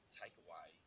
takeaway